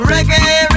Reggae